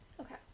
Okay